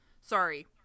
Sorry